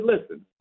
listen